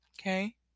okay